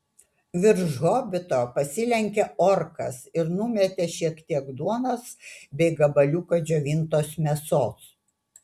virš hobito pasilenkė orkas ir numetė šiek tiek duonos bei gabaliuką džiovintos mėsos